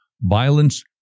violence